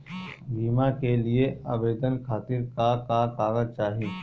बीमा के लिए आवेदन खातिर का का कागज चाहि?